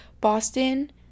boston